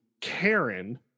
karen